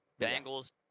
Bengals